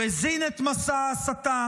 הוא הזין את מסע הסתה,